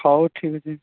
ହଉ ଠିକ ଅଛି